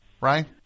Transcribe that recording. right